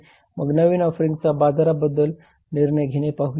मग नवीन ऑफरिंग बाजाराबद्दल निर्णय घेणे पाहूया